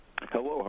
Hello